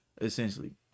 essentially